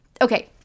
Okay